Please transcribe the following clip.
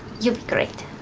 you'll be great.